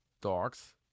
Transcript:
dogs